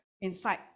inside